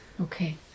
Okay